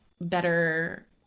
better